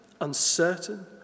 uncertain